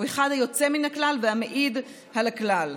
הוא אחד היוצא מהכלל והמעיד על הכלל.